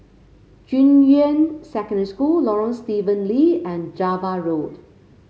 Junyuan Secondary School Lorong Stephen Lee and Java Road